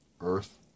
Earth